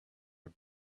are